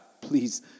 Please